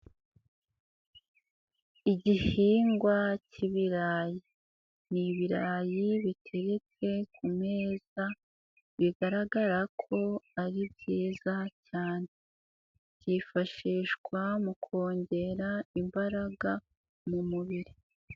Igihingwa k'ibirayi, n'ibirayi bitetse ku meza bigaragara ko ari byiza cyane, byifashishwa mu kongera imbaraga mu mubiri.